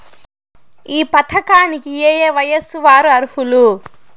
ఈ పథకానికి ఏయే వయస్సు వారు అర్హులు?